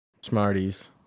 Smarties